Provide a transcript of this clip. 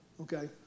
Okay